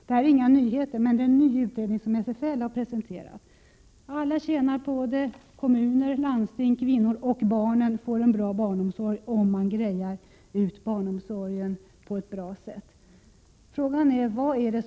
Det här är visserligen inga nyheter, men det framgår av en ny utredning som SFL har presenterat. Alla tjänar således på en utbyggnad. Kommuner, landsting, kvinnor och barn får en bra barnomsorg, om man ordnar det hela på ett bra sätt.